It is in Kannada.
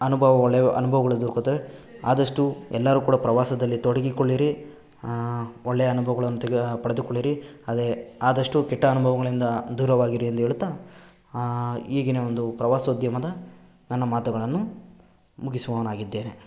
ಅನುಭವ ಒಳ್ಳೆಯ ಅನುಭವಗಳು ದೊರಕುತ್ತವೆ ಅದಷ್ಟು ಎಲ್ಲರೂ ಕೂಡ ಪ್ರವಾಸದಲ್ಲಿ ತೊಡಗಿಕೊಳ್ಳಿರಿ ಒಳ್ಳೆಯ ಅನುಭವಗಳನ್ನು ತೆಗೆ ಪಡೆದುಕೊಳ್ಳಿರಿ ಅದೇ ಆದಷ್ಟು ಕೆಟ್ಟ ಅನುಭವಗಳಿಂದ ದೂರವಾಗಿರಿ ಎಂದು ಹೇಳುತ್ತಾ ಈಗಿನ ಒಂದು ಪ್ರವಾಸೋದ್ಯಮದ ನನ್ನ ಮಾತುಗಳನ್ನು ಮುಗಿಸುವವನಾಗಿದ್ದೇನೆ